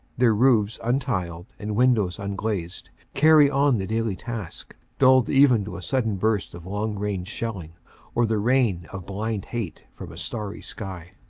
their roofs untiled and windows unglazed, carry on the daily task, dulled even to a sudden burst of long-range shelling or the rain of blind hate from a starry sky.